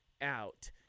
out